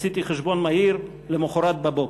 עשיתי חשבון מהיר, למחרת בבוקר.